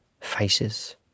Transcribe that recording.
faces